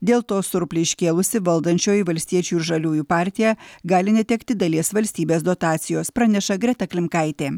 dėl to surplį iškėlusi valdančioji valstiečių ir žaliųjų partija gali netekti dalies valstybės dotacijos praneša greta klimkaitė